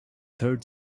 third